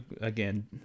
again